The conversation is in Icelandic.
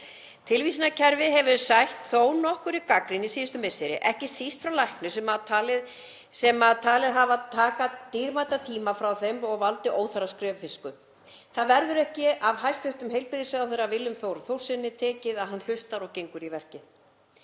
Tilvísanakerfið hefur sætt þó nokkurri gagnrýni síðustu misseri, ekki síst frá læknum sem talið hafa það taka dýrmætan tíma frá þeim og valdið óþarfaskriffinnsku. Það verður ekki af hæstv. heilbrigðisráðherra Willum Þór Þórssyni tekið að hann hlustar og gengur í verkið.